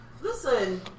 Listen